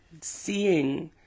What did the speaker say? seeing